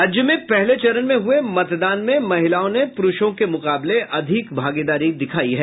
राज्य में पहले चरण में हुये मतदान में महिलाओं ने पुरूषों के मुकाबले अधिक भागीदारी दिखायी है